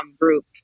group